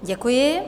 Děkuji.